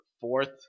Fourth